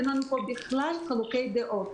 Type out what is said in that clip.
אין לנו פה בכלל חילוקי דעות.